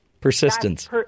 Persistence